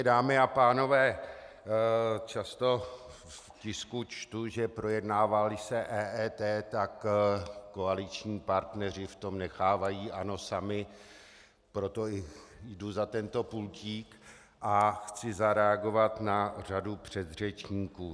Dámy a pánové, často v tisku čtu, že projednáváli se EET, tak koaliční partneři v tom nechávají ANO samy, tak proto jdu za tento pultík a chci zareagovat na řadu předřečníků.